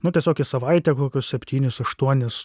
nu tiesiog į savaitę kokius septynis aštuonis